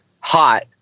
hot